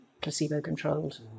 placebo-controlled